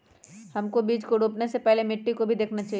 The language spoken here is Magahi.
हमको बीज को रोपने से पहले मिट्टी को भी देखना चाहिए?